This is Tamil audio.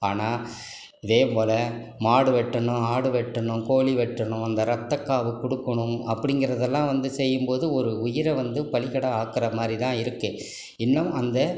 ஆனால் இதேபோல மாடு வெட்டணும் ஆடு வெட்டணும் கோழி வெட்டணும் அந்த ரத்த காவு கொடுக்கணும் அப்படிங்கிறதுலாம் வந்து செய்யும்போது ஒரு உயிரை வந்து பலிகடா ஆக்குகிறமாரி தான் இருக்கு இன்னும் அந்த